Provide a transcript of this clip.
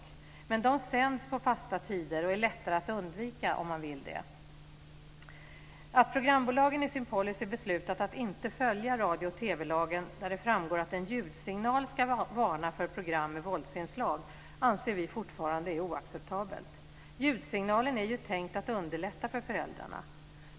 Men de sänds på fasta tider och är lättare att undvika om man vill det. Att programbolagen i sin policy beslutat att inte följa radio och TV-lagen där det framgår att en ljudsignal ska varna för program med våldsinslag anser vi fortfarande är oacceptabelt. Ljudsignalen är ju tänkt att underlätta för föräldrarna.